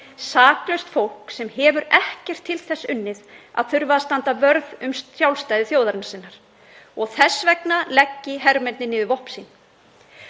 saklaust fólk sem hefur ekkert til þess unnið að þurfa að standa vörð um sjálfstæði þjóðarinnar sinnar, og þess vegna leggi hermennirnir niður